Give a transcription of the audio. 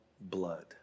blood